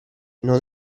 non